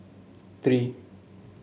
three